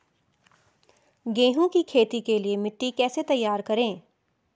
गेहूँ की खेती के लिए मिट्टी कैसे तैयार करें?